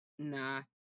nah